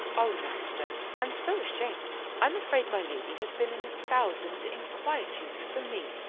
o las, sir, i'm so ashamed i'm afraid my lady has been in a thousand inquietudes for me.